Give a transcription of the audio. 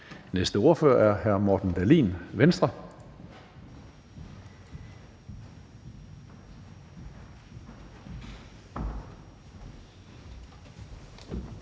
næste ordfører er hr. Morten Dahlin, Venstre.